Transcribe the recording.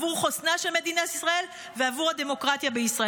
בעבור חוסנה של מדינת ישראל ובעבור הדמוקרטיה בישראל.